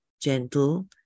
gentle